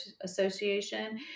Association